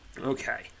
Okay